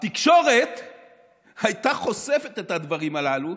התקשורת הייתה חושפת את הדברים הללו,